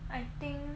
I think